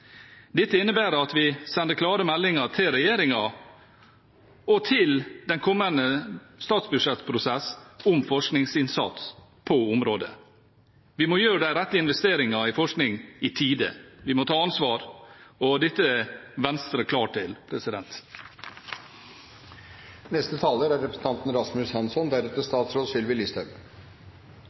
Dette innebærer at vi sender klare meldinger til regjeringen og til den kommende statsbudsjettprosessen om forskningsinnsats på området. Vi må gjøre de rette investeringene i forskning i tide. Vi må ta ansvar, og det er Venstre klar til å gjøre. Det er